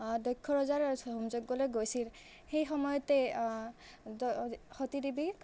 দক্ষ ৰজাৰ হোম যজ্ঞলৈ গৈছিল সেই সময়তেই সতী দেৱীক